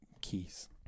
keys